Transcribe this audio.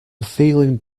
feeling